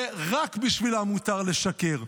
ורק בשבילם מותר לשקר.